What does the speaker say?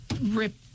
rip